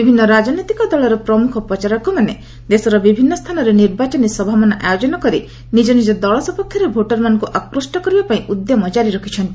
ବିଭିନ୍ନ ରାଜନୈତିକ ଦଳର ପ୍ରମୁଖ ପ୍ରଚାରକମାନେ ଦେଶର ବିଭିନ୍ନ ସ୍ଥାନରେ ନିର୍ବାଚନୀ ସଭାମାନ ଆୟୋଜନ କରି ନିଜ ନିଜ ଦକଳ ସପକ୍ଷରେ ଭୋଟର୍ମାନଙ୍କୁ ଆକୃଷ୍ଟ କରାଇବାପାଇଁ ଉଦ୍ୟମ ଜାରି ରଖିଛନ୍ତି